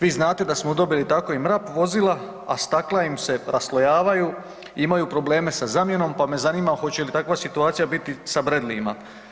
Vi znate da smo dobili tako i MRAP vozila, a stakla im se raslojavaju imaju probleme sa zamjenom pa me zanima hoće li takva situacija biti sa Bradley-ima.